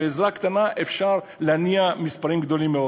ובעזרה קטנה אפשר להניע מספרים גדולים מאוד.